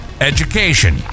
education